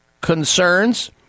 concerns